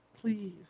please